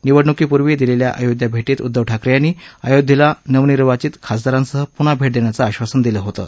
निवडणूकीपूर्वी दिलेल्या अयोध्या भेटीत उद्धव ठाकरे यांनी अयोध्येला नवनिर्वाचित खासदारांसह पुन्हा भेट देण्याचं आश्वासन दिलं होतं